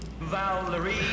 Valerie